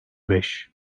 beş